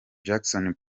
jackson